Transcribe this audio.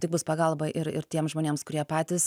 tai bus pagalba ir ir tiem žmonėms kurie patys